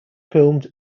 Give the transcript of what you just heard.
filmed